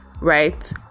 right